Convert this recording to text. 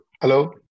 Hello